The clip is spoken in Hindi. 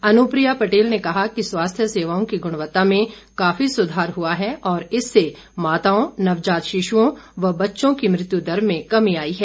अनुप्रिया पटेल ने कहा कि स्वास्थ्य सेवाओं की गुणवत्ता में काफी सुधार हुआ है और इससे माताओं नवजात शिशुओं व बच्चों की मृत्यु दर में कमी आई है